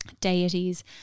deities